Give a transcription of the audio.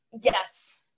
yes